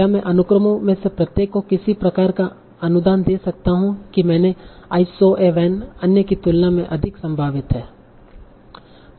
क्या मैं अनुक्रमों में से प्रत्येक को किसी प्रकार का अनुमान दे सकता हूं कि मैंने 'आइ सॉ ए वैन' अन्य की तुलना में अधिक संभावित है